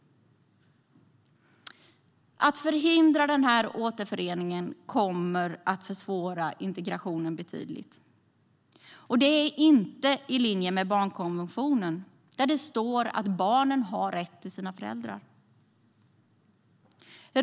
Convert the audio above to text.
Att förhindra denna återförening kommer att försvåra integrationen betydligt, och det är inte i linje med barnkonventionen. Där står det att barn har rätt till sina föräldrar.